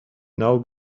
now